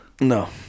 No